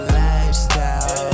lifestyle